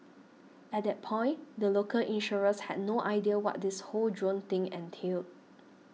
at that point the local insurers had no idea what this whole drone thing entailed